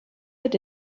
wird